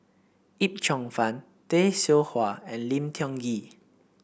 Yip Cheong Fun Tay Seow Huah and Lim Tiong Ghee